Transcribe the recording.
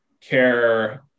care